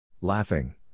Laughing